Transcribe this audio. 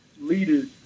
leaders